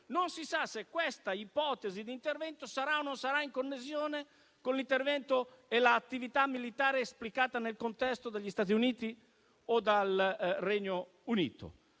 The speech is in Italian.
non si sa se questa ipotesi d'intervento sarà in connessione o meno con l'intervento e l'attività militare esplicati nel contesto dagli Stati Uniti o dal Regno Unito.